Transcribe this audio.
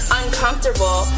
uncomfortable